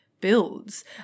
builds